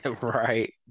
Right